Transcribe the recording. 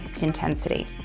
intensity